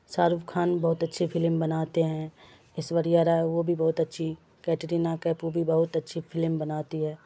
شاہ رخ خان بہت اچھے فلم بناتے ہیں ایشوریہ رائے وہ بھی بہت اچھی کیٹرینہ کیف وہ بھی بہت اچھی فلم بناتی ہے